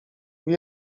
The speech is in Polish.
było